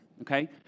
Okay